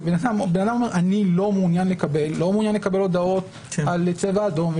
אדם אומר: לא מעוניין לקבל הודעות על צבע אדום.